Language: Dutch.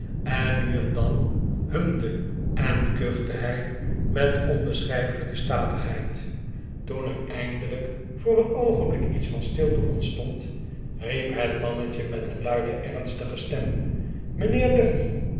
en nu eh dan humde en kuchte hij met onbeschriifelijke statigheid toen er eindelijk voor een oogenblik iets van stilte ontstond riep het mannetje met een luide ernstige stem mijnheer